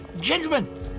Gentlemen